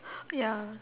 ya